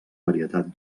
varietat